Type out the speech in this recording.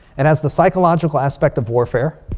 and has the psychological aspect of warfare.